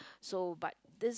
so but this